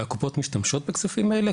הקופות משתמשות בכספים האלה,